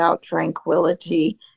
Tranquility